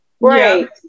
right